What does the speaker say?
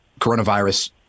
coronavirus